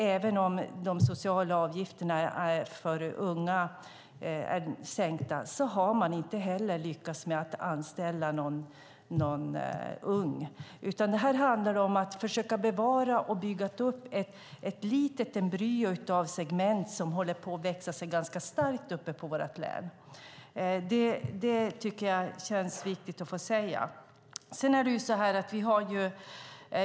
Även om de sociala avgifterna för de unga är sänkta har man inte lyckats med att anställa någon ung person. Det handlar om att försöka bevara. Man har byggt upp ett litet embryo av ett segment som håller på att växa sig ganska starkt i vårt län. Det tycker jag känns viktigt att få säga.